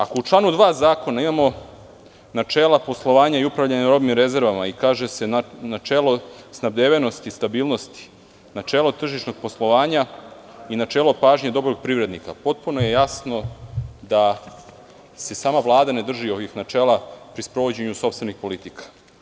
Ako u članu 2. zakona imamo načela poslovanja i upravljanja robnim rezervama i kaže se – načelo snabdevenosti i stabilnosti, načelno tržišnog poslovanja i načelo pažnje dobrog privrednika, potpuno je jasno da se sama Vlada ne drži ovih načela pri sprovođenju sopstvenih politika.